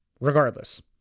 regardless